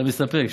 אתה מסתפק.